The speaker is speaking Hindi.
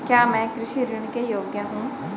क्या मैं कृषि ऋण के योग्य हूँ?